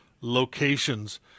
locations